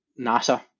NASA